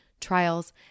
trials